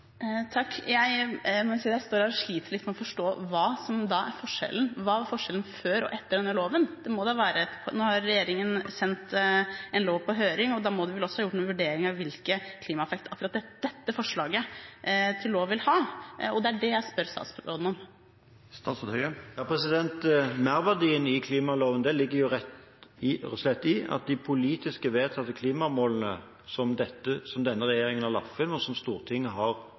Jeg må si at jeg står og sliter litt med å forstå hva som er forskjellen før og etter denne loven. Nå har regjeringen sendt en lov på høring, og da må den vel også ha gjort en vurdering av hvilken klimaeffekt akkurat dette forslaget til lov vil ha. Det er det jeg spør statsråden om. Merverdien i klimaloven ligger rett og slett i at de politisk vedtatte klimamålene som denne regjeringen har lagt inn, og som Stortinget har